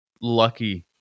lucky